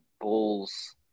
Bulls